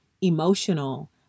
emotional